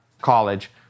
college